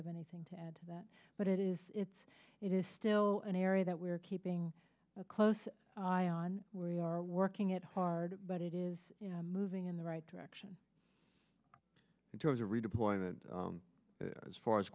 have anything to add to that but it is it's it is still an area that we're keeping a close eye on we are working it hard but it is moving in the right direction in terms of redeployment as far as